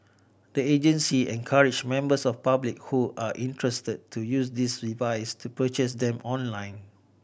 the agency encouraged members of the public who are interested to use these devices to purchase them online